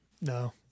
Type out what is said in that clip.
No